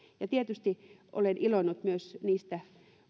tietysti olen iloinnut myös niistä